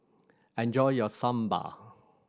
enjoy your Sambar